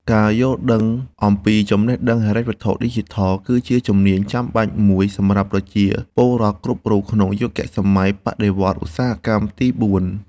ការយល់ដឹងអំពីចំណេះដឹងហិរញ្ញវត្ថុឌីជីថល គឺជាជំនាញចាំបាច់មួយសម្រាប់ប្រជាពលរដ្ឋគ្រប់រូបក្នុងយុគសម័យបដិវត្តឧស្សាហកម្មទីបួន។